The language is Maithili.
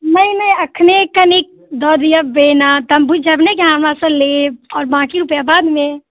नहि नहि अखने कनिक दऽ दिअ बेना तऽ हम बुझि जायब ने की अहाँ हमरा सँ लेब आओर बाकी रूपैआ बाद मे